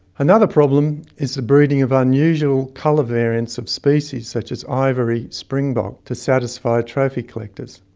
another problem is the breeding of unusual colour variants of species such as ivory springbok to satisfy trophy collectors.